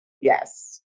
Yes